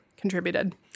contributed